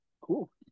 Cool